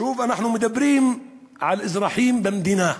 שוב, אנחנו מדברים על אזרחים במדינה.